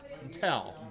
tell